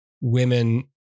women